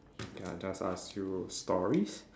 okay I'll just ask you stories